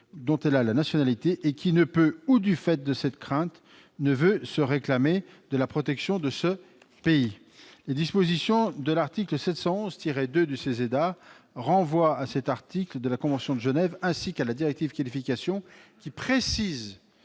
dont elle a la nationalité et qui ne peut ou, du fait de cette crainte, ne veut se réclamer de la protection de ce pays ». Les dispositions de l'article L. 711-2 du CESEDA renvoient à cet article de la convention de Genève ainsi qu'à la directive Qualification, qui précise